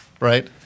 right